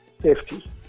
safety